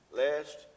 lest